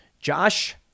Josh